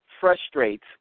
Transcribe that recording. frustrates